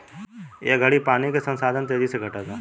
ए घड़ी पानी के संसाधन तेजी से घटता